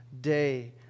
day